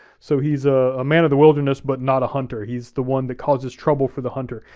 so he's ah a man of the wilderness, but not a hunter, he's the one that causes trouble for the hunter.